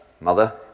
mother